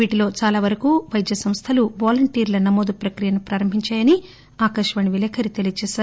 వీటిలో చాలావరకు వైద్య సంస్లు వాలంటీర్లనమోదు ప్రక్రియను ప్రారంభించాయని ఆకాశవాణి విలేకరి చెప్పారు